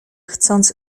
chcąc